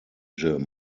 gym